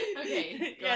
Okay